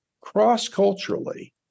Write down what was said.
cross-culturally